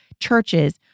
churches